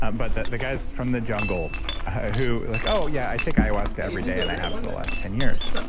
ah but the the guys from the jungle who like, oh yeah, i take ayahuasca every day and i have for the last ten years.